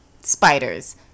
spiders